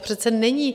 Přece není...